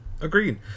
Agreed